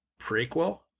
prequel